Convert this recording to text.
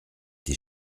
tes